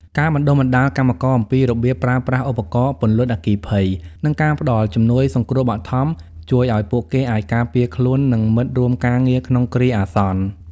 ការបណ្ដុះបណ្ដាលកម្មករអំពីរបៀបប្រើប្រាស់ឧបករណ៍ពន្លត់អគ្គិភ័យ និងការផ្ដល់ជំនួយសង្គ្រោះបឋម ជួយឱ្យពួកគេអាចការពារខ្លួន និងមិត្តរួមការងារក្នុងគ្រាអាសន្ន។